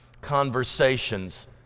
conversations